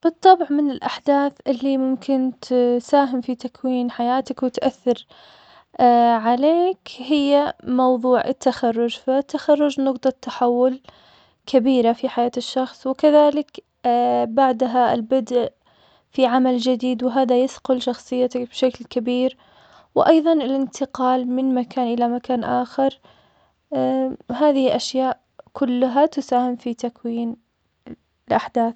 بالطبع من الأحداث اللي ممكن تساهم في تكوين حياتك, وتأثر عليك, هي موضوع التخرج, فالتخرج نقطة تحول كبيرة في حياة الشخص, وكذلك بعدها البدء في عمل جديد وهذا يصقل شخصيتي بشكل كبير, وأيضاً الإنتقال من مكان إلى مكان آخر, وهذه أشياء كلها تساهم في تكوين أ- الأحداث.